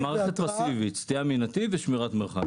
זה מערכת סטייה מנתיב ושמירת מרחק.